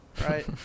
right